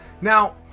Now